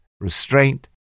restraint